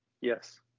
Yes